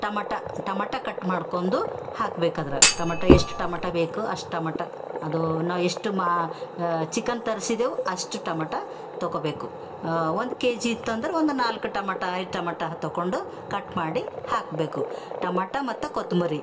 tomato tomato cut ಮಾಡ್ಕೊಂಡು ಹಾಕ್ಬೇಕು ಅದ್ರಾಗ ಟಮಟ ಎಷ್ಟು ಟಮಟ ಬೇಕು ಅಷ್ಟು ಟಮಟ ಅದೂ ನಾವು ಎಷ್ಟು ಮಾ ಚಿಕನ್ ತರ್ಸಿದ್ದೆವು ಅಷ್ಟು ಟಮಟ ತಗೊಬೇಕು ಒಂದು ಕೆ ಜಿ ಇತ್ತಂದ್ರೆ ಒಂದು ನಾಲ್ಕು ಟಮಟ ಐದು ಟಮಟ ಹ ತಗೊಂಡು ಕಟ್ ಮಾಡಿ ಹಾಕಬೇಕು ಟಮಟ ಮತ್ತು ಕೊತ್ತಂಬರಿ